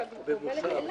שנייה.